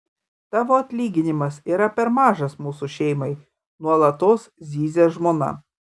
tavo atlyginimas yra per mažas mūsų šeimai nuolatos zyzia žmona